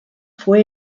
fue